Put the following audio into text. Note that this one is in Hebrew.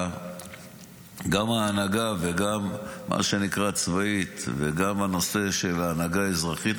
גם ההנהגה מה שנקרא "הצבאית" וגם הנושא של ההנהגה האזרחית,